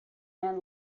man